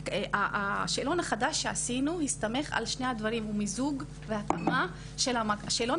השאלון החדש שעשינו הסתמך על שני הדברים: מיזוג והתאמה של השאלון